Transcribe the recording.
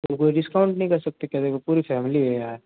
तो वो डिस्काउंट नहीं कर सकते क्या देखो पूरी फ़ैमिली है यार